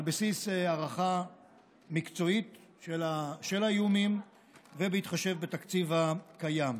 על בסיס הערכה מקצועית של האיומים ובהתחשב בתקציב הקיים.